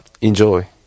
Enjoy